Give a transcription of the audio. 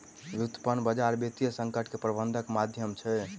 व्युत्पन्न बजार वित्तीय संकट के प्रबंधनक माध्यम छै